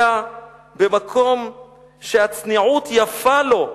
אלא במקום שהצניעות יפה לו.